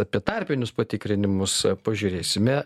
apie tarpinius patikrinimus pažiūrėsime